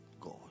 God